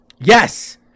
Yes